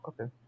okay